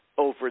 over